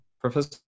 Professor